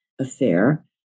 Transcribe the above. affair